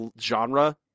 genre